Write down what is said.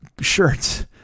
shirts